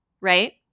right